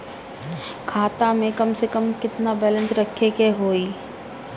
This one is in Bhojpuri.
खाता में कम से कम केतना बैलेंस रखे के होईं?